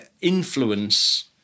influence